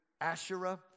Asherah